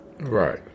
Right